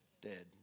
Dead